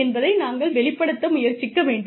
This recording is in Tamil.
என்பதை நாங்கள் வெளிப்படுத்த முயற்சிக்க வேண்டும்